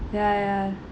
ya ya